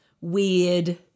weird